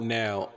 now